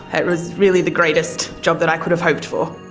it was really the greatest job that i could have hoped for.